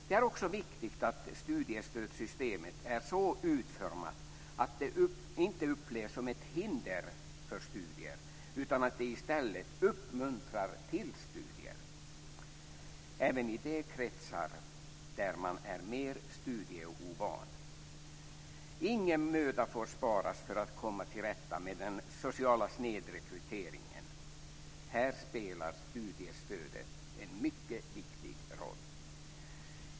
Det är också viktigt att studiestödssystemet är så utformat att det inte upplevs som ett hinder för studier utan i stället uppmuntrar till studier, även i de kretsar där man är mer studieovan. Ingen möda får sparas för att komma till rätta med den sociala snedrekryteringen. Här spelar studiestödet en mycket viktig roll.